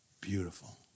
beautiful